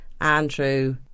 Andrew